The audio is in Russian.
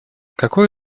какой